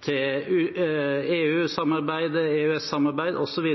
til EU-samarbeid, til EØS-samarbeid osv.